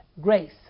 grace